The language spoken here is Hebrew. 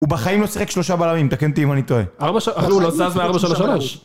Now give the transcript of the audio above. הוא בחיים לא שחק שלושה בלמים, תקן אותי אם אני טועה. ארבע ש... אך לא, הוא לא זז מארבע, שלוש, שלוש.